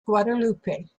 guadalupe